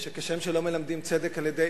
שלא מלמדים צדק על-ידי